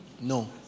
No